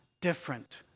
different